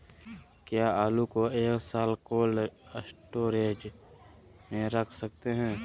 क्या आलू को एक साल कोल्ड स्टोरेज में रख सकते हैं?